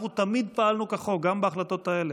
אנחנו תמיד פעלנו כחוק, גם בהחלטות האלה.